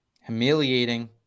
humiliating